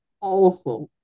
awesome